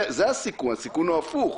זה הסיכון, הסיכון הוא הפוך.